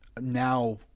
now